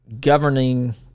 governing